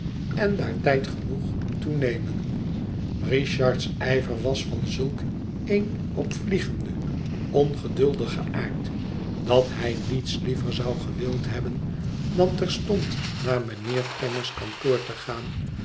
en daar tijd genoeg toe nemen richard's ijver was van zulk een opvliegenden ongeduldigen aard dat hij niets liever zou gewild hebben dan terstond naar mijnjieer kenge's kantoor te gaan